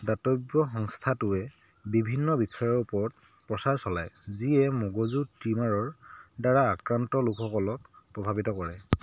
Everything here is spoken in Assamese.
দাতব্য সংস্থাটোৱে বিভিন্ন বিষয়ৰ ওপৰত প্ৰচাৰ চলায় যিয়ে মগজুৰ টিউমাৰৰ দ্বাৰা আক্ৰান্ত লোকসকলক প্ৰভাৱিত কৰে